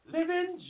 Living